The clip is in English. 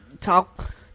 talk